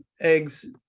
eggs